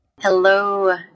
Hello